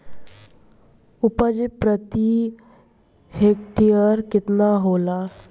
उपज प्रति हेक्टेयर केतना होला?